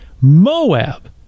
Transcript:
Moab